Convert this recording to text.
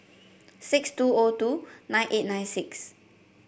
six two O two nine eight nine six